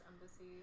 embassy